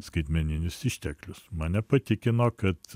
skaitmeninius išteklius mane patikino kad